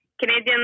Canadian